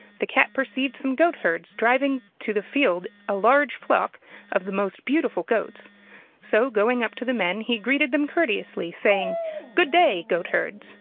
the cat perceived some goatherds driving to the field a large flock of most beautiful goats so going up to the men he greeted them courteously, saying good day, goatherds!